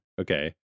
Okay